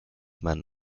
men